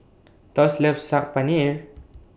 Thos loves Saag Paneer